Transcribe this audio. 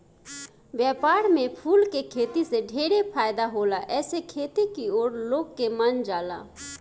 व्यापार में फूल के खेती से ढेरे फायदा होला एसे खेती की ओर लोग के मन जाला